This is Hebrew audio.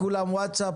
כבוד